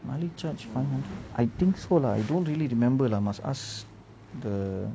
maalik charge five hundred I think so lah I don't really remember lah must ask the